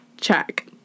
Check